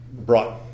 brought